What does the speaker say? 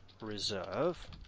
reserve